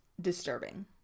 disturbing